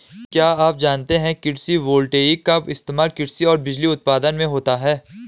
क्या आप जानते है कृषि वोल्टेइक का इस्तेमाल कृषि और बिजली उत्पादन में होता है?